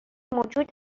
موجود